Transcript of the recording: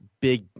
big